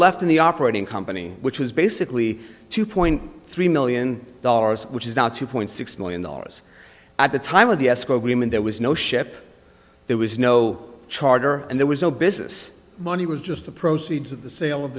left in the operating company which was basically two point three million dollars which is now two point six million dollars at the time of the escrow we mean there was no ship there was no charter and there was no business money was just the proceeds of the sale of